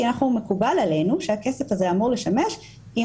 כי אנחנו מקובל עלינו שהכסף הזה אמור לשמש אם